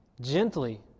gently